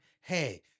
Hey